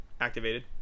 Activated